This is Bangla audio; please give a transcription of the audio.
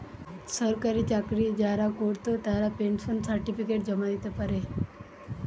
সরকারি চাকরি যারা কোরত তারা পেনশন সার্টিফিকেট জমা দিতে পারে